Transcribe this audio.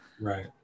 Right